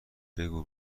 بگو